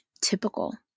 typical